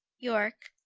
yorke,